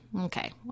Okay